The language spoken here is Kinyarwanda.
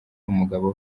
umugabo